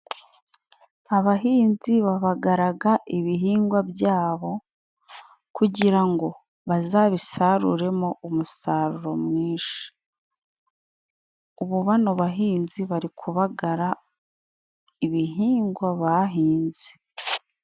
Abahinzi babagaraga ibihingwa byabo， kugira ngo bazabisaruremo umusaruro mwinshi. Ubu bano bahinzi bari kubagara ibihingwa bahinze.